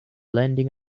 landing